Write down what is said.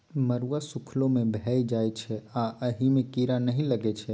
मरुआ सुखलो मे भए जाइ छै आ अहि मे कीरा नहि लगै छै